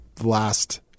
last